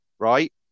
right